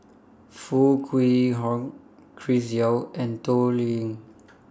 Foo Kwee Horng Chris Yeo and Toh Liying